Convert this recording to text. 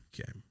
Okay